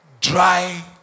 dry